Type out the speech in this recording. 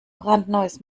brandneues